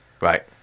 right